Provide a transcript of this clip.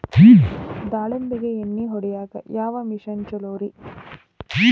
ದಾಳಿಂಬಿಗೆ ಎಣ್ಣಿ ಹೊಡಿಯಾಕ ಯಾವ ಮಿಷನ್ ಛಲೋರಿ?